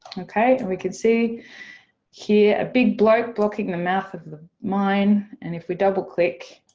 ok, and we can see here a big bloke blocking the mouth of the mine. and if we double click